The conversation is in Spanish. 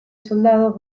soldados